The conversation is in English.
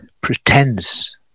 pretense